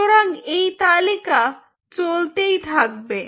সুতরাং এই তালিকা চলতেই থাকবে